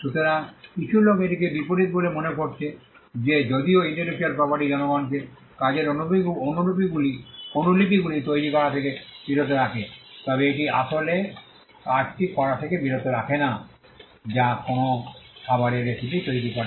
সুতরাং কিছু লোক এটিকে এই বিপরীত বলে মনে করেছে যে যদিও ইন্টেলেকচুয়াল প্রপার্টি জনগণকে কাজের অনুলিপিগুলি তৈরি করা থেকে বিরত রাখে তবে এটি তাদের আসল কাজটি করা থেকে বিরত রাখে না যা কোনও খাবারের রেসিপি তৈরি করে